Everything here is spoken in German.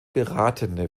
beratende